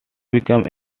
became